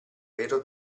vero